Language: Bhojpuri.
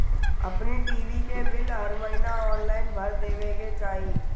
अपनी टी.वी के बिल हर महिना ऑनलाइन भर देवे के चाही